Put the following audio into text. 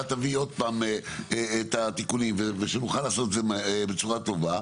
תביא עוד פעם את התיקונים כדי שנוכל לעשות את זה בצורה טובה,